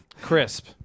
crisp